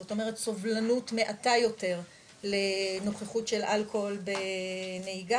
זאת אומרת סובלנות מעטה יותר לנוכחות של אלכוהול בנהיגה,